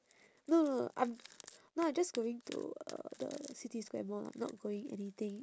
no no no I'm no I just going to uh the city square mall lah not going anything